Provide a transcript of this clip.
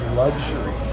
luxury